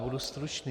Budu stručný.